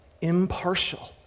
impartial